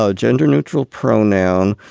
ah gender neutral pronoun.